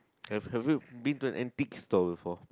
have have you been to an antique store before